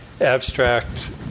abstract